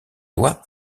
loi